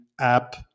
app